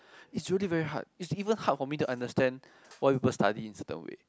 it's really very hard it even hard for me to understand why people study in certain way